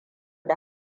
da